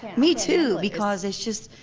me too, because it's just,